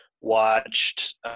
watched